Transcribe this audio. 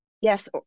yes